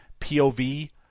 POV